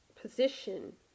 position